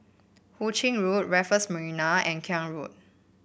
Hu Ching Road Raffles Marina and Klang Road